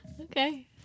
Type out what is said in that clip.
Okay